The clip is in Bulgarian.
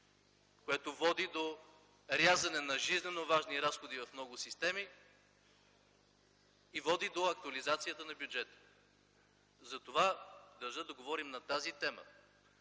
което води до рязане на жизненоважни разходи в много системи и води до актуализацията на бюджета. Затова държа да говорим на тази тема.